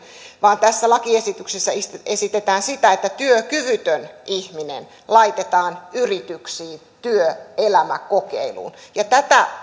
vaan tässä lakiesityksessä esitetään sitä että työkyvytön ihminen laitetaan yrityksiin työelämäkokeiluun ja tätä